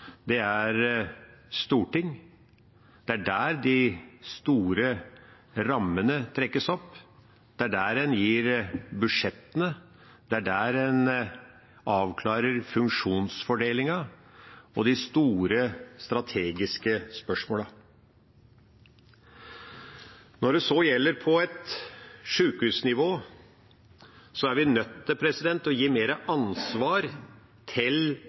er Stortinget. Det er der de store rammene trekkes opp. Det er der en gir budsjettene. Det er der en avklarer funksjonsfordelingen og de store strategiske spørsmålene. Når det så gjelder sjukehusnivå, er vi nødt til å gi mer ansvar til